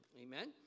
Amen